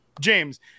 James